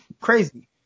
crazy